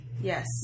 Yes